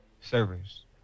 Servers